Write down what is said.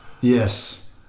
Yes